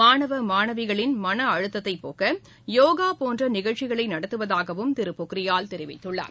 மாணவ மாணவிகளின் மன அழுத்தத்தைப் போக்க யோகா போன்ற நிகழ்ச்சிகளை நடத்துவவதாகவும் திரு பொக்ரியால் தெரிவித்துள்ளார்